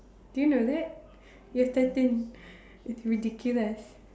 do you know that you're thirteen it's ridiculous